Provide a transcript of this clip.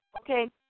okay